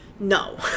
No